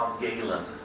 Galen